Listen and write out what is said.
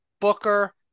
Booker